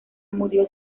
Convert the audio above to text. murió